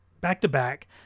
back-to-back